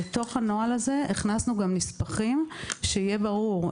לתוך הנוהל הזה הכנסנו גם נספחים כדי שיהיה ברור.